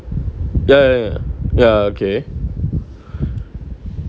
ya ya ya okay